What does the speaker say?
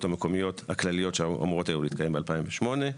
המקומיות הכלליות שהיו אמורות להתקיים ב-2008.